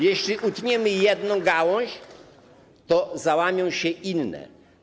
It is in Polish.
Jeśli utniemy jedną gałąź, to załamią się inne.